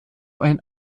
ein